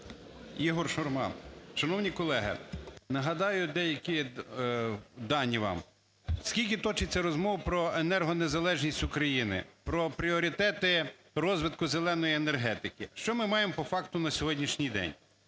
ІгорШурма. Шановні колеги, нагадаю деякі дані вам. Скільки точиться розмов про енергонезалежність України, про пріоритети розвитку "зеленої" енергетики, що ми маємо по факту на сьогоднішній день?